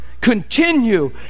continue